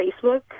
Facebook